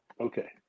Okay